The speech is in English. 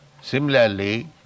Similarly